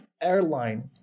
airline